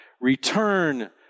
return